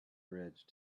bridge